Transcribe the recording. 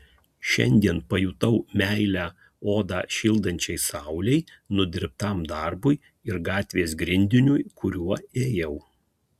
šiandien pajutau meilę odą šildančiai saulei nudirbtam darbui ir gatvės grindiniui kuriuo ėjau